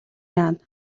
яана